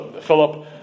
Philip